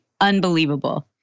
unbelievable